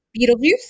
Beetlejuice